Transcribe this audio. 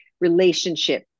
relationship